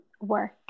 work